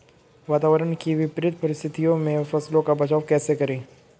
वातावरण की विपरीत परिस्थितियों में फसलों का बचाव कैसे करें?